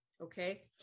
Okay